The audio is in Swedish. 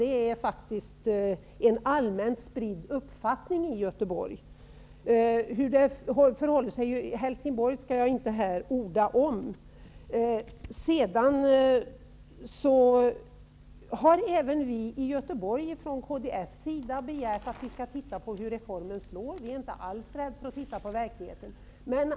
Det är en allmänt spridd uppfattning i Göteborg. Hur det förhåller sig i Helsingborg skall jag inte här orda om. I Göteborg har även vi från kds begärt att man skall studera hur reformen slår. Vi är alls rädda för att se på verkligheten.